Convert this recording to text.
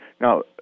Now